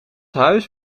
huis